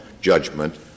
judgment